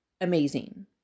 amazing